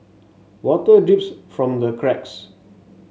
water drips from the cracks